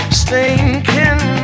stinking